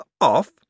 off